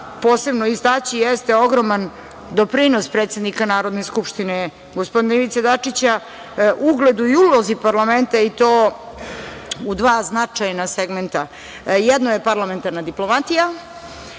posebno istaći, jeste ogroman doprinos predsednika Narodne skupštine, gospodina Ivice Dačića, ugledu i ulozi parlamenta, i to u dva značajna segmenta. Jedno je parlamentarna diplomatija,